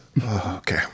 okay